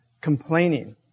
complaining